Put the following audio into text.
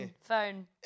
Phone